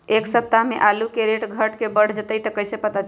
एक सप्ताह मे आलू के रेट घट ये बढ़ जतई त कईसे पता चली?